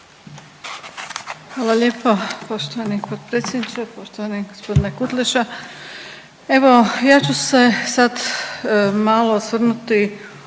Hvala lijepo poštovani potpredsjedniče, poštovani gospodine Kutleša. Evo ja ću se sad malo osvrnuti